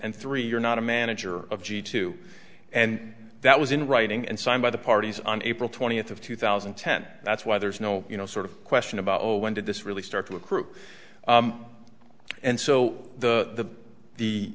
and three you're not a manager of g two and that was in writing and signed by the parties on april twentieth of two thousand and ten that's why there's no you know sort of question about when did this really start to accrue and so the the